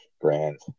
brand